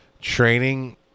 training